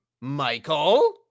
Michael